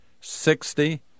sixty